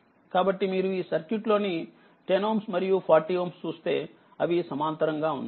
కాబట్టి మీరు ఈ సర్క్యూట్ లోని 10Ωమరియు40Ωచూస్తే అవి సమాంతరం గా వున్నాయి